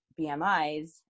BMIs